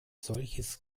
solches